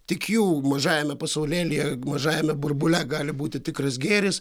tik jų mažajame pasaulėlyje mažajame burbule gali būti tikras gėris